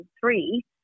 three